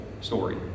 story